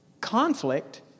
conflict